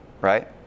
Right